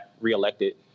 reelected